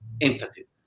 emphasis